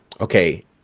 okay